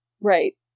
right